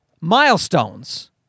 milestones